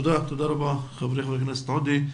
תודה רבה חברי, חבר הכנסת עודה.